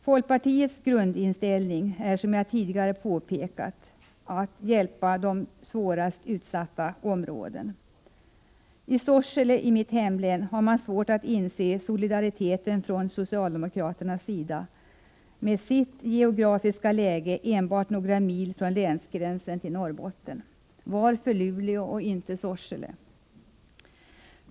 Folkpartiets grundinställning är, som jag tidigare påpekat, att hjälpa de svårast utsatta områdena. I Sorsele — i mitt hemlän — som ligger bara några mil från länsgränsen till Norrbotten har man svårt att inse solidariteten från socialdemokraternas sida. Varför Luleå och inte Sorsele?